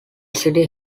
city